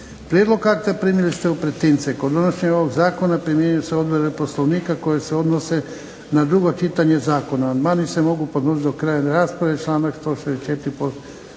Prijedlog akta primili ste u pretince. Kod donošenja ovog zakona primjenjuju se odredbe Poslovnika koje se odnose na drugo čitanje zakona. Amandmani se mogu podnositi do kraja rasprave, članak 164. Poslovnika.